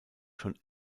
schon